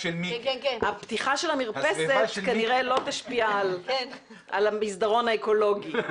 הפתיחה של המרפסת כנראה לא תשפיע על המסדרון האקולוגי.